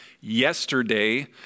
yesterday